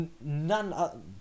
None